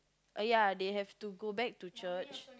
uh ya they have to go back to church